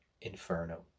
inferno